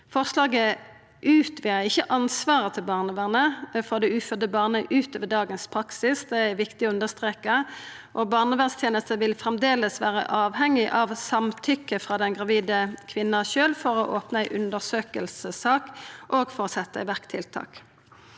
Forslaget utvidar ikkje ansvaret til barnevernet for det ufødde barnet utover dagens praksis. Det er viktig å understreka. Barnevernstenesta vil framleis vera avhengig av samtykke frå den gravide kvinna sjølv for å opna ei undersøkingssak og for å setja i verk tiltak.